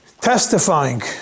testifying